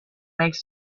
make